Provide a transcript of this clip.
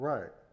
Right